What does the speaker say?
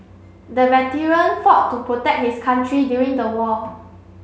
the veteran fought to protect his country during the war